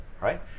right